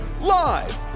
Live